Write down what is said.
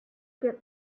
get